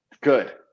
good